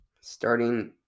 Starting